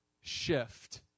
shift